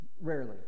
Rarely